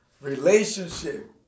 relationship